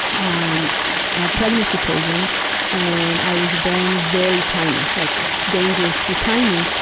um a pregnancy poison and i was born very tiny, like dangerously tiny.